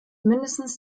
meistens